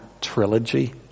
trilogy